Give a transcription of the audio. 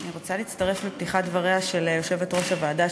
אני רוצה להצטרף לפתיחת דבריה של יושבת-ראש הוועדה,